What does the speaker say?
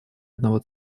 одного